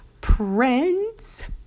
Prince